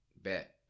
Bet